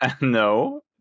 No